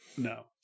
No